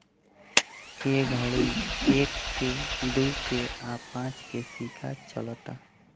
ए घड़ी एक के, दू के आ पांच के सिक्का चलता